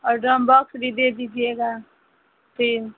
और drawing box भी दे दीजिएगा तीन